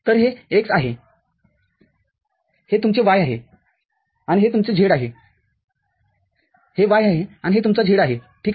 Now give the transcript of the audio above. तरहे x आहे हे तुमचे y आहे आणि हे तुमचा z आहे हे y आहे आणि हे तुमचा z आहे ठीक आहे